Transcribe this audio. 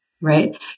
right